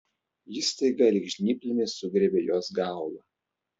jis staiga lyg žnyplėmis sugriebė jos galvą